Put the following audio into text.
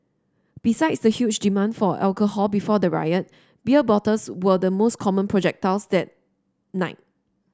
besides the huge demand for alcohol before the riot beer bottles were the most common projectiles that night